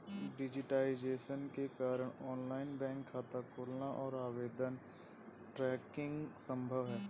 digitisation के कारण online bank खाता खोलना और आवेदन ट्रैकिंग संभव हैं